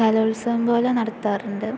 കലോത്സവം പോലെ നടത്താറുണ്ട്